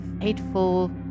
hateful